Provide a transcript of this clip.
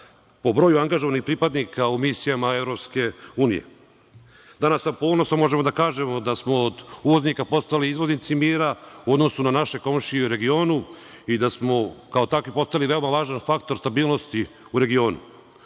po broju angažovanih pripadnika u misija EU. Danas sa ponosom možemo da kažemo da smo od uvoznika postali izvoznici mira u odnosu na naše komšije u regionu i da smo kao takvi postali veoma važan faktor stabilnosti u regionu. Od